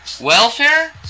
welfare